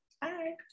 Bye